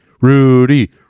Rudy